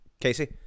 Casey